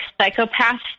Psychopath